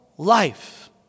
Life